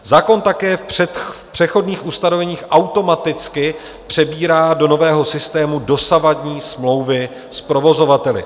Zákon také v přechodných ustanoveních automaticky přebírá do nového systému dosavadní smlouvy s provozovateli.